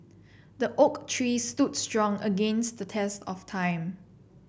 the oak tree stood strong against the test of time